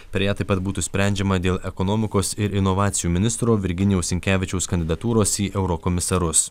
per ją taip kad būtų sprendžiama dėl ekonomikos ir inovacijų ministro virginijaus sinkevičiaus kandidatūros į eurokomisarus